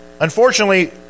Unfortunately